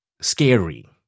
scary